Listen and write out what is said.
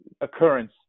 occurrence